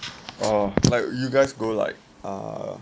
or like you guys go like err